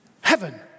Heaven